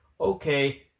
okay